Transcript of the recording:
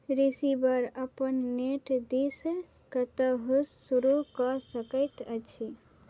receiver अपन net दिस कतहु शुरू कऽ सकैत अछि